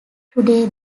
today